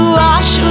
wash